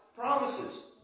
promises